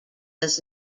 does